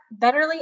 betterly